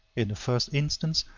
in the first instance,